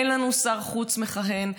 אין לנו שר חוץ מכהן,